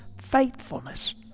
faithfulness